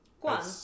Quante